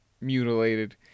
mutilated